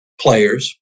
players